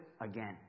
again